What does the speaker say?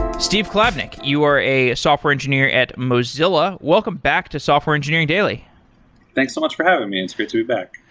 steve klabnik, you are a software engineer at mozilla. welcome back to software engineering daily thanks so much for having me. it's good to be back.